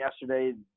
yesterday